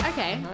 Okay